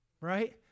right